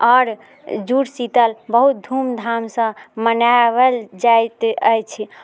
आओर जूड़ शीतल बहुत धूम धामसँ मनाबल जाइत अछि